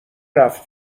رفت